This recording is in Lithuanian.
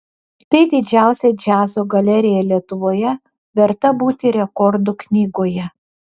tai didžiausia džiazo galerija lietuvoje verta būti rekordų knygoje